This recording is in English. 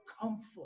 comfort